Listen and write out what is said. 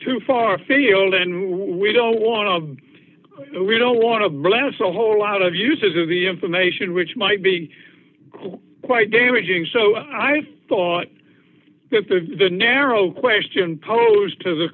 too far afield and we don't want to we don't want to blast a whole lot of uses of the information which might be quite damaging so i thought the narrow question posed to the